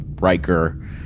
Riker